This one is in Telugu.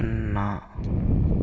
సున్నా